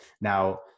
Now